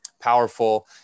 powerful